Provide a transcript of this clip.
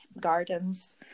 gardens